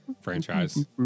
franchise